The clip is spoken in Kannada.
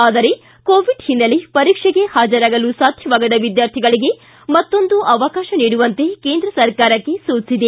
ಆದರೆ ಕೋವಿಡ್ ಹಿನ್ನೆಲೆ ಪರೀಕ್ಷೆಗೆ ಹಾಜರಾಗಲು ಸಾಧ್ಯವಾಗದ ವಿದ್ವಾರ್ಥಿಗಳಿಗೆ ಮತ್ತೊಂದು ಅವಕಾಶ ನೀಡುವಂತೆ ಕೇಂದ್ರ ಸರ್ಕಾರಕ್ಕೆ ಸೂಚಿಸಿದೆ